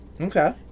Okay